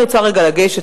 אני רוצה רגע לגשת,